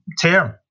term